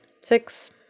six